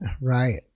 Right